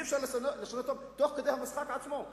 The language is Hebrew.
ואי-אפשר לשנות אותם תוך כדי המשחק עצמו.